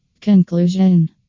Conclusion